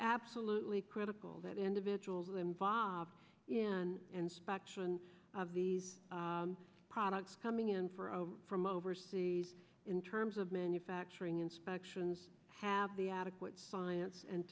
absolutely critical that individuals involved in inspection of these products coming in for us from overseas in terms of manufacturing inspections have the adequate science and